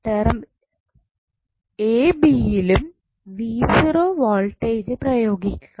terminal A B യിലും voltage പ്രയോഗിക്കുക